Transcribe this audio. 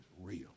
real